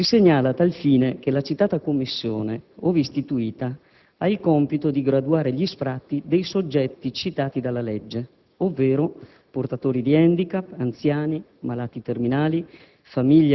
Si segnala a tal fine che la citata commissione, ove istituita, ha il compito di graduare gli sfratti dei soggetti citati dalla legge, ovvero portatori di *handicap*, anziani, malati terminali,